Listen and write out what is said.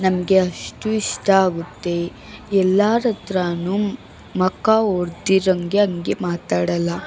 ನಮಗೆ ಅಷ್ಟು ಇಷ್ಟ ಆಗುತ್ತೆ ಎಲ್ಲಾರಹತ್ರ ಮುಖ ಹೊಡ್ದಿರಂಗೆ ಹಂಗೆ ಮಾತಾಡಲ್ಲ